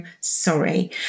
sorry